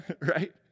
right